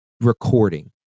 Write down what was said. recording